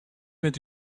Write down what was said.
met